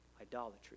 Idolatry